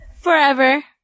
forever